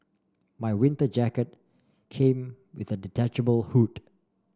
my winter jacket came with a detachable hood